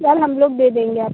sir हम लोग दे देंगे आपको